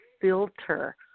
filter